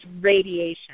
radiation